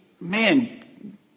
man